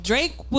Drake